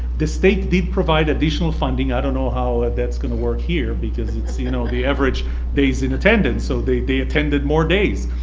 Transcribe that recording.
the state did provide additional funding. i don't know how that's gonna work here because it's the you know the average days in attendance so they they attended more days.